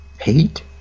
hate